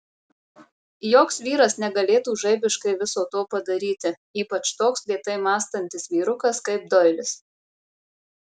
joks vyras negalėtų žaibiškai viso to padaryti ypač toks lėtai mąstantis vyrukas kaip doilis